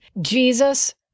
Jesus